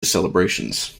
celebrations